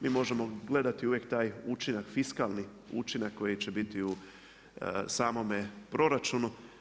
Mi možemo gledati uvijek taj učinak, fiskalni učinak koji će biti u samome proračunu.